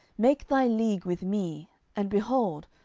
make thy league with me, and, behold,